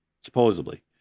supposedly